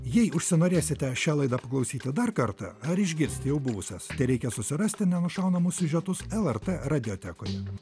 jei užsinorėsite šią laidą paklausyti dar kartą ar išgirsti jau buvusias tereikia susirasti nenušaunamus siužetus lrt radijotekoje